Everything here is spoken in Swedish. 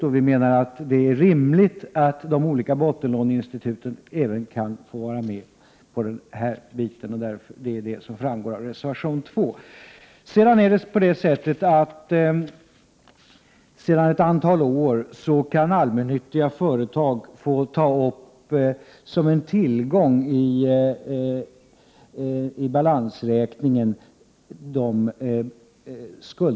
Vi menar därför att det är rimligt att de olika bottenlåneinstituten även kan få vara med i detta sammanhang, vilket framgår av reservation 2. Sedan ett antal år tillbaka kan allmännyttiga företag få ta upp skuldbelopp som en tillgång i balansräkningen.